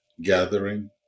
gathering